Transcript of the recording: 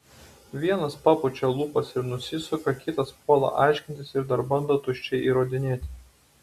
vienas papučia lūpas ir nusisuka kitas puola aiškintis ir dar bando tuščiai įrodinėti